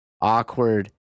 Awkward